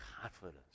confidence